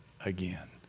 again